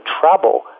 trouble